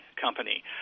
company